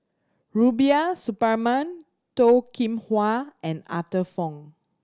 Rubiah Suparman Toh Kim Hwa and Arthur Fong